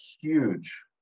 huge